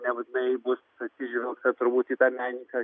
nebūtinai bus atsižvelgta turbūt į tą menininką